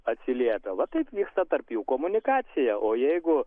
atsiliepia va taip vyksta tarp jų komunikacija o jeigu